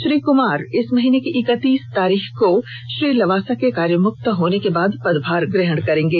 श्री कुमार इस महीने की इकतीस तारीख को श्री लावसा के कार्य मुक्त होने के बाद पदभार ग्रहण करेंगे